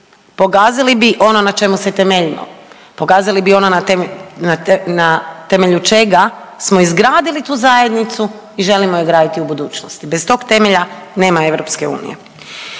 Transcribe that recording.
Pogazili bi ono na čemu se temeljilo. Pogazili bi ono na temelju čega smo izgradili tu zajednicu i želimo je graditi u budućnosti, bez tog temelja nema